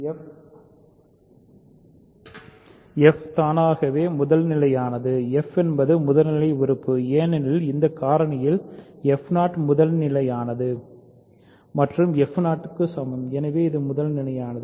f தானாகவே முதல்நிலையானது fஎன்பது முதல்நிலை உறுப்பு ஏனெனில் இந்த காரணியில் முதல்நிலையானது முதல்நிலையானது மற்றும்ff0 க்கு சமம் எனவே அது முதல்நிலையானது